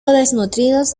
desnutridos